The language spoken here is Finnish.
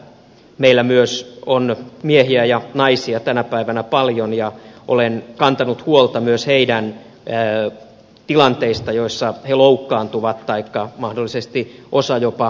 kriisinhallintatehtävissä meillä myös on miehiä ja naisia tänä päivänä paljon ja olen kantanut huolta myös heidän tilanteistaan joissa he loukkaantuvat taikka mahdollisesti osa jopa kuoleekin